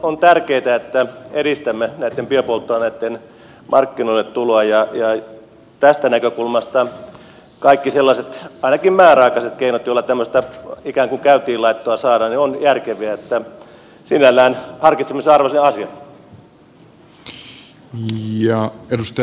on tärkeätä että edistämme näitten biopolttoaineitten markkinoille tuloa ja tästä näkökulmasta kaikki sellaiset ainakin määräaikaiset keinot joilla tämmöistä ikään kuin käyntiinlaittoa saadaan ovat järkeviä niin että sinällään harkitsemisen arvoinen asia